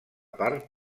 part